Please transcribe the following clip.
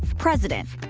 president.